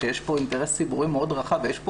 יש פה אינטרס ציבורי מאוד רחב ויש פה